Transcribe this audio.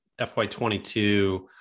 FY22